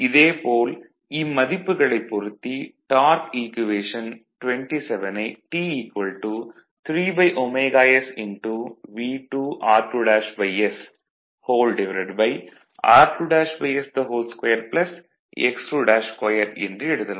இதே போல் இம்மதிப்புகளைப் பொருத்தி டார்க் ஈக்குவேஷன் 27ஐ T 3ωs V2 r2s r2s2x22 என்று எழுதலாம்